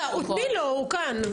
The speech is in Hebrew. תני לו, הוא כאן.